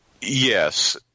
Yes